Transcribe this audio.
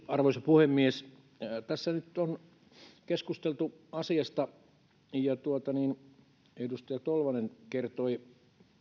arvoisa puhemies tässä nyt on keskusteltu asiasta ja edustaja tolvanen kertoi